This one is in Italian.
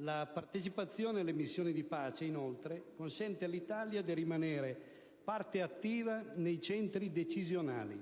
La partecipazione alle missioni di pace consente inoltre all'Italia di rimanere parte attiva nei centri decisionali